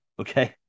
Okay